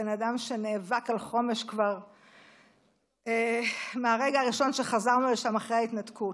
הבן אדם שנאבק על חומש כבר מהרגע הראשון שחזרנו לשם אחרי ההתנתקות.